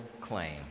claim